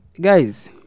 guys